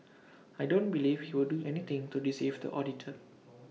I don't believe he would do anything to deceive the auditor